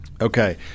Okay